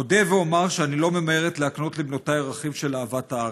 אודה ואומר שאני לא ממהרת להקנות לבנותיי ערכים של אהבת הארץ,